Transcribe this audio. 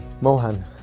Mohan